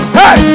hey